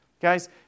Guys